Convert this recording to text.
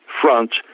front